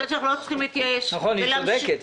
נכון, היא צודקת.